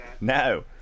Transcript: No